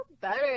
better